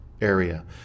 area